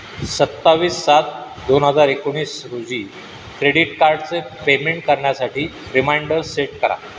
सत्तावीस सात दोन हजार एकोणीस रोजी क्रेडीट कार्डचे पेमेंट करण्यासाठी रिमाइंडर सेट करा